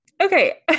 Okay